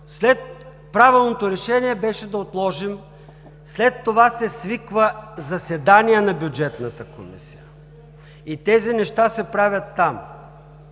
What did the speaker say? ни. Правилното решение беше да отложим, след това да се свиква заседание на Бюджетната комисия и тези неща се правят там.